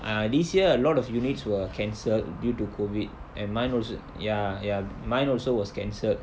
ah this year a lot of units were cancelled due to COVID and mine also ya ya mine also was cancelled